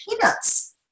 peanuts